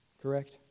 correct